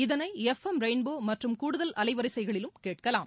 இதனைஎஃப் M ரெயின்போமற்றும் கூடுதல் அலைவரிசைகளிலும் கூட்கலாம்